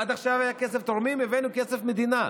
עד עכשיו היה כסף תורמים, והבאנו כסף מדינה,